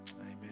Amen